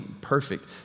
perfect